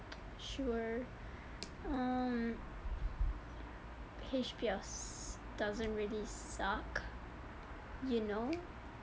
sure um H_B_L doesn't really suck you know